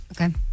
Okay